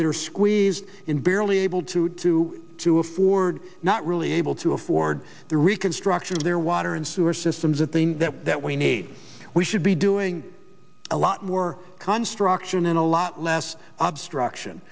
squeezed in barely able to do to afford not really able to afford the reconstruction of their water and sewer systems at the in that that we need we should be doing a lot more construction and a lot less abstraction